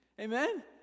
Amen